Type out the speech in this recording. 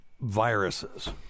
viruses